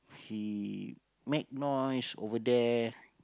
he make noise over there